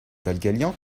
dalgalian